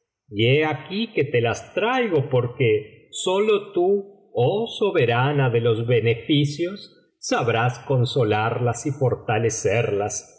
he aquí que te las traigo porque sólo tú oh soberana de los beneficios sabrás consolarlas y fortalecerlas